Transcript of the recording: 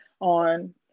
on